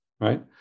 right